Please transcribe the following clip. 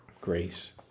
Grace